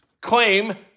claim